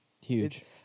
huge